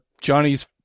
Johnny's